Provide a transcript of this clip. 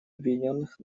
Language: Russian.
объединенных